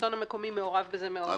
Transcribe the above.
השלטון המקומי מעורב בזה מאוד.